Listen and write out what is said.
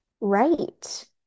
right